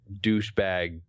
douchebag –